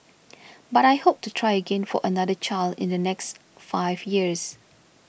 but I hope to try again for another child in the next five years